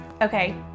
Okay